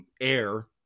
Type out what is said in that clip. air